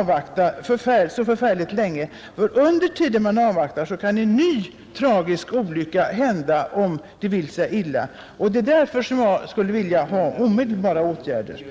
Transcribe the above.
avvakta så förfärligt länge. Under tiden man avvaktar kan en ny tragisk olycka hända om det vill sig illa. Därför skulle jag vilja ha omedelbara åtgärder.